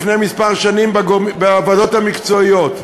לפני כמה שנים בוועדות המקצועיות,